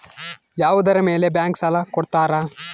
ಯಾವುದರ ಮೇಲೆ ಬ್ಯಾಂಕ್ ಸಾಲ ಕೊಡ್ತಾರ?